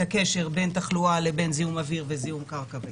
הקשר בין תחלואה לבין זיהום אוויר וזיהום קרקע בים.